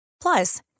Plus